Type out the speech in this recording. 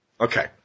Okay